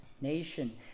nation